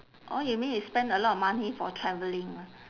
orh you mean you spend a lot of money for travelling lah